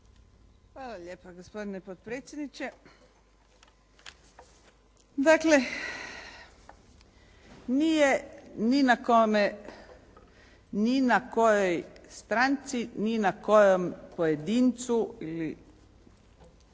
Hvala lijepa gospodine potpredsjedniče. Dakle nije ni na kome, ni na kojoj stranci, ni na kojem pojedincu ili